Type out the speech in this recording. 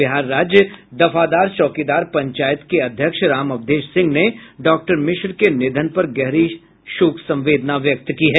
बिहार राज्य दफादार चौकीदार पंचायत के अध्यक्ष राम अवधेश सिंह ने डॉक्टर मिश्र के निधन पर गहरी संवेदना व्यक्त की है